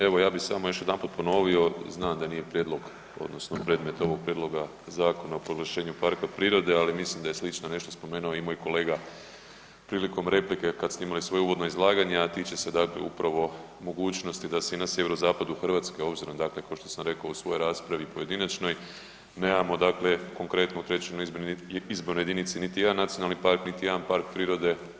Evo, ja bih samo još jedanput ponovio, znam da nije prijedlog, odnosno predmet ovog prijedloga Zakona o proglašenju parka prirode, ali mislim da je slično nešto spomenuo i moj kolega prilikom replike, kad ste imali svoje uvodno izlaganje, a tiče se, dakle, upravo mogućnosti da se i na sjeverozapadu Hrvatske, obzirom, dakle kao što sam rekao u svojoj raspravi pojedinačnoj, nemamo dakle konkretno u 3. izbornoj jedini nijedan nacionalni park, niti jedan park prirode.